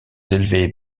élevées